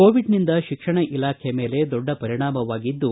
Covid ನಿಂದ ಶಿಕ್ಷಣ ಇಲಾಖೆ ಮೇಲೆ ದೊಡ್ಡ ಪರಿಣಾಮವಾಗಿದ್ದು